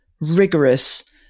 rigorous